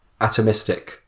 atomistic